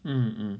mm